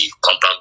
compound